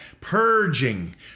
purging